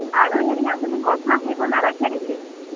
আৰু হেৰি আপুনি কচ মাছ সেইবোৰ নাৰাখে নেকি